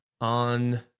on